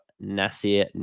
Nasir